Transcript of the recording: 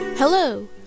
Hello